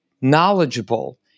knowledgeable